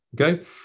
Okay